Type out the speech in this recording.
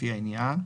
לפי העניין,